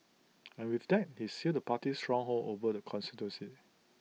and with that he sealed the party's stronghold over the constituency